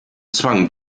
zwang